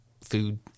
food